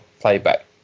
playback